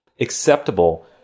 acceptable